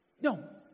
No